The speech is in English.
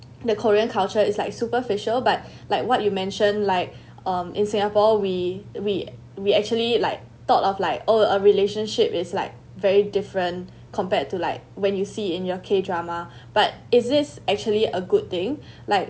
the korean culture is like superficial but like what you mention like um in singapore we we we actually like thought of like all of relationship is like very different compared to like when you see in your k drama but is is actually a good thing like